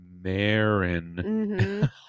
Marin